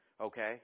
Okay